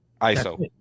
Iso